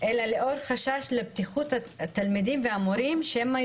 אלא לאור חשש לבטיחות התלמידים והמורים שמא